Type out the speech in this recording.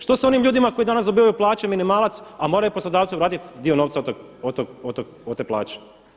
Što sa onim ljudima koji danas dobivaju plaće minimalac, a moraju poslodavcima vratiti dio novca od te plaće.